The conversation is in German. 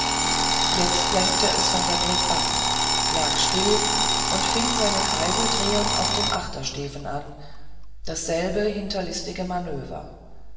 jetzt lenkte es von der brigg ab lag still und fing seine kreiseldrehung auf dem achtersteven an dasselbe hinterlistige manöver